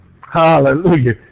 Hallelujah